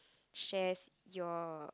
shares your